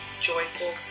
joyful